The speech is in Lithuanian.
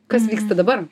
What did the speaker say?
kas vyksta dabar